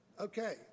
Okay